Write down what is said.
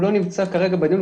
הוא לא נמצא כרגע בדיון,